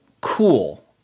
cool